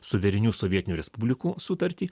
suverenių sovietinių respublikų sutartį